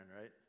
right